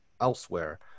elsewhere